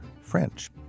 French